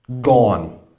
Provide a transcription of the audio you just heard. gone